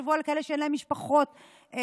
תחשבו על אלה שאין להם משפחות מחזקות.